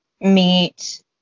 meet